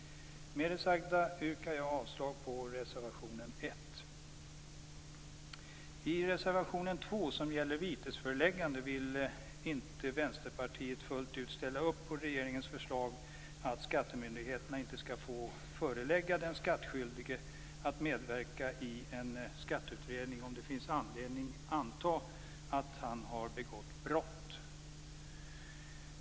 Med det sagda yrkar jag avslag på reservation 1. Vänsterpartiet inte fullt ut ställa upp på regeringens förslag att skattemyndigheterna inte skall få förelägga den skattskyldige att medverka i en skatteutredning om det finns anledning att anta att han har begått brott.